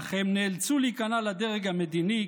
אך הם נאלצו להיכנע לדרג המדיני,